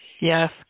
Yes